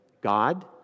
God